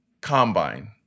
combine